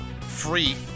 free